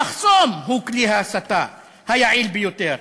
המחסום הוא כלי ההסתה היעיל ביותר.